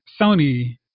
Sony